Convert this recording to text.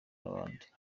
nabandi